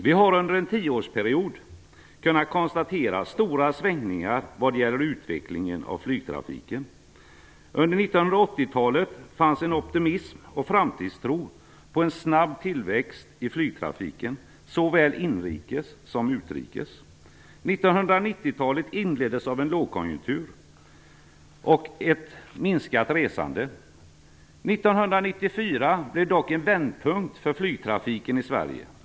Vi har kunnat konstatera stora svängningar under en tioårsperiod när det gäller utvecklingen av flygtrafiken. Under 1980-talet fanns en optimism och en framtidstro om en snabb tillväxt av flygtrafiken, såväl inrikes som utrikes. 1990-talet inleddes av en lågkonjunktur och ett minskat resande. 1994 innebar dock en vändpunkt för flygtrafiken i Sverige.